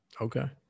Okay